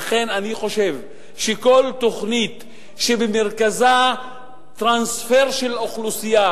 לכן אני חושב שכל תוכנית שבמרכזה טרנספר של אוכלוסייה